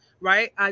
right